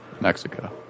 Mexico